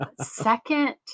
Second